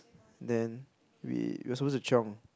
then we we were suppose to chiong